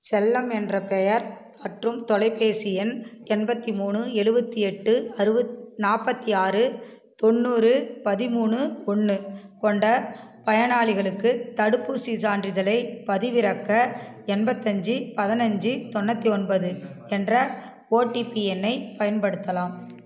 செல்லம் என்ற பெயர் மற்றும் தொலைபேசி எண் எண்பத்தி மூணு எழுவத்தி எட்டு அறுவத்தி நாற்பத்தி ஆறு தொண்ணூறு பதிமூணு ஒன்று கொண்ட பயனாளிகளுக்கு தடுப்பூசிச் சான்றிதழைப் பதிவிறக்க எண்பத்தஞ்சு பதினஞ்சி தொண்ணூற்றி ஒன்பது என்ற ஓடிபி எண்ணைப் பயன்படுத்தலாம்